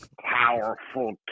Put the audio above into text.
powerful